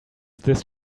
this